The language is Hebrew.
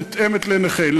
מותאמת לנכה.